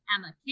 Emma